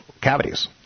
cavities